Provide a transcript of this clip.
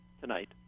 tonight